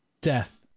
Death